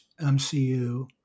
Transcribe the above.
MCU